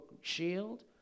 shield